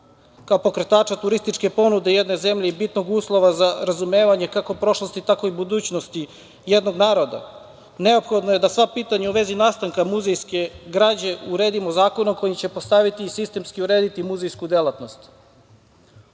kao pokretača turističke ponude jedne zemlje i bitnog uslova za razumevanje kako prošlosti, tako i budućnosti jednog naroda, neophodno je da sva pitanja u vezi nastanka muzejske građe uredimo zakonom kojim ćemo postaviti i sistemski urediti muzejsku delatnost. Ovim